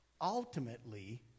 Ultimately